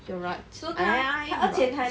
you're right I am right